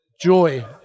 joy